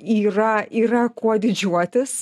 yra yra kuo didžiuotis